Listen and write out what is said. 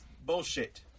bullshit